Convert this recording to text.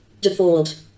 Default